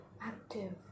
active